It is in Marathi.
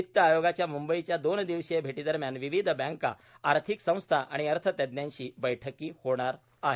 वित्त आयोगाच्या मुंबईच्या दोन दिवसीय भेटीदरम्यान विविध बँका आर्थिक संस्था आणि अर्थतज्ञांशी बैठकी होणार आहेत